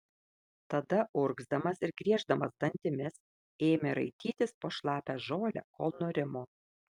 tada urgzdamas ir grieždamas dantimis ėmė raitytis po šlapią žolę kol nurimo